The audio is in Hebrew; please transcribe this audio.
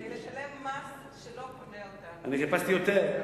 כדי לשלם מס שלא קונה אותנו, אני חיפשתי יותר.